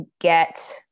get